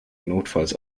notfalls